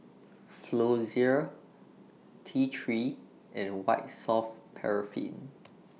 Floxia T three and White Soft Paraffin